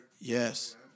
Yes